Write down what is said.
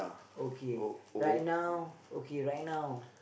okay right now okay right now